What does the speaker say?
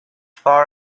far